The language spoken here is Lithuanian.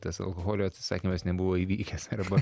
tas alkoholio atsisakymas nebuvo įvykęs arba